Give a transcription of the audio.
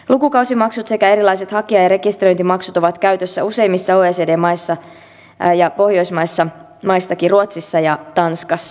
lukukausimaksut sekä erilaiset hakija ja rekisteröintimaksut ovat käytössä useimmissa oecd maissa ja pohjoismaistakin ruotsissa ja tanskassa